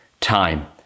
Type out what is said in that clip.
time